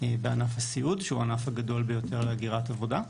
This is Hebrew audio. בענף הסיעוד, שהוא הענף הגדול ביותר להגירת עבודה.